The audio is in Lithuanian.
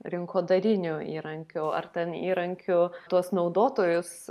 rinkodariniu įrankiu ar ten įrankiu tuos naudotojus